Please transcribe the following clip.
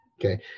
Okay